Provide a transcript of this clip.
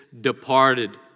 departed